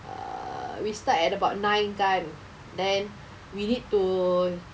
err we start at about nine kan then we need to